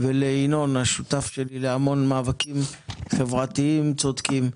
לינון, השותף שלי להמון מאבקים חברתיים צודקים.